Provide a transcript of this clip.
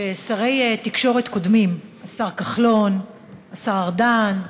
ששרי תקשורת קודמים, השר כחלון, השר ארדן,